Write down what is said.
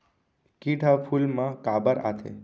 किट ह फूल मा काबर आथे?